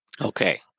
Okay